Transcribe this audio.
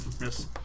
Yes